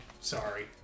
Sorry